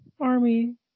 army